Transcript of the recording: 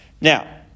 Now